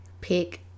Pick